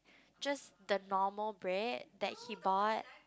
just the normal bread that he bought